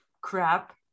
crap